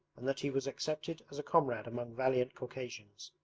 and that he was accepted as a comrade among valiant caucasians.